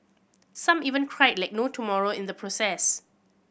some even cried like no tomorrow in the process